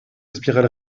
spirale